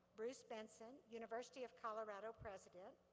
bruce benson, university of colorado president.